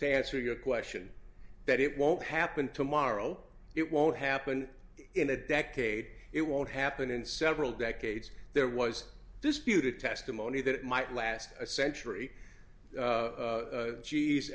to answer your question that it won't happen tomorrow it won't happen in a decade it won't happen in several decades there was disputed testimony that it might last a century